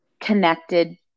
connected